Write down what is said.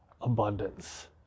abundance